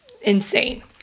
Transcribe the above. insane